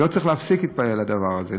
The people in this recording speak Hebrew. ולא צריך להפסיק להתפלל לדבר הזה.